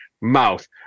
mouth